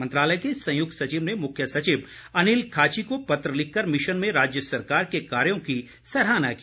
मंत्रालय के संयुक्त सचिव ने मुख्य सचिव अनिल खाची को पत्र लिखकर मिशन में राज्य सरकार के कार्यो की सराहना की